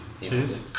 Cheers